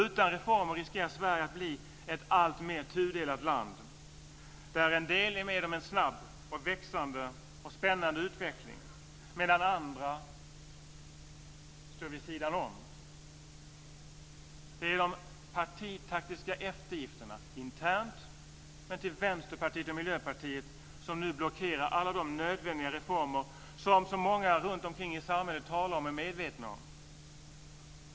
Utan reformer riskerar Sverige att bli ett alltmer tudelat land där en del är med om en snabb, växande och spännande utveckling medan andra står vid sidan av. Det är de partitaktiska eftergifterna, internt, till Vänsterpartiet och Miljöpartiet som nu blockerar alla de nödvändiga reformer som så många runtomkring i samhället talar om och är medvetna om.